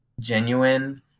genuine